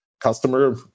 customer